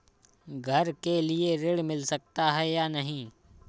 घर के लिए ऋण मिल सकता है या नहीं?